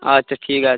আচ্ছা ঠিক আছে